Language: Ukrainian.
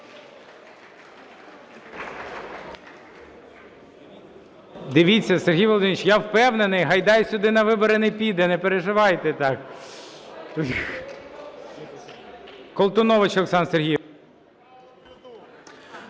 Дивіться, Сергій Володимирович, я впевнений, Гайдай сюди на вибори не піде, не переживайте так. Колтунович Олександр Сергійович.